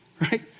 right